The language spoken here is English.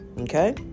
Okay